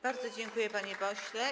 Bardzo dziękuję, panie pośle.